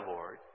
Lord